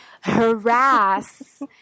harass